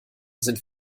sind